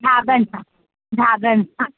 हा बसि हा हा बसि हा